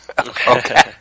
Okay